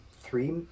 three